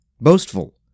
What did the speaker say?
boastful